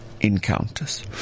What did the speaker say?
encounters